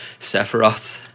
Sephiroth